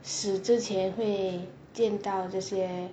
死之前会见到这些